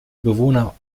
bewohner